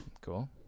Cool